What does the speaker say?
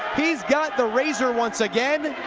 he's got the razor once again,